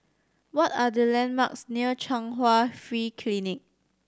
what are the landmarks near Chung Hwa Free Clinic